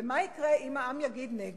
ומה יקרה אם העם יתנגד?